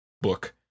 book